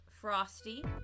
Frosty